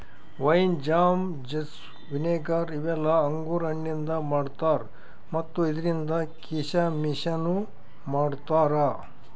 wine, jam, juice, vinegar ಇವೆಲ್ಲ ಅಂಗುರ್ ಹಣ್ಣಿಂದ್ ಮಾಡ್ತಾರಾ ಮತ್ತ್ ಇದ್ರಿಂದ್ ಕೀಶಮಿಶನು ಮಾಡ್ತಾರಾ